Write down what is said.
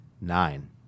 Nine